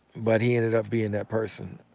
but he ended up being that person.